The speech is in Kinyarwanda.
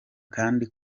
kandi